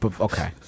Okay